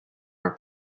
our